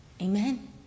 Amen